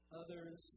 others